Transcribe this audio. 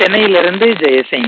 சென்னையிலிருந்து ஜெயசிங்